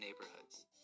neighborhoods